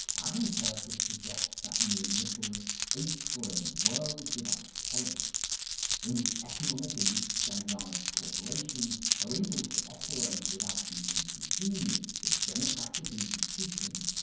adam curtis suggests that neoliberals ache for a world without politics in which economic elites and large corporations are able to operate without the inconvenience of democratic institutions,